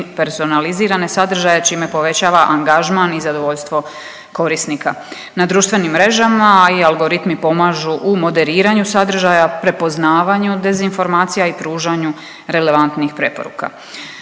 personalizirane sadržaje čime povećava angažman i zadovoljstvo korisnika. Na društvenim mrežama algoritmi pomažu u moderiranju sadržaja, prepoznavanju dezinformacija i pružanju relevantnih preporuka.